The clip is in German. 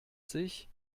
sich